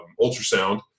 ultrasound